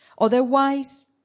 Otherwise